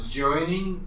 joining